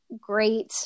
great